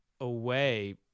away